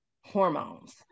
hormones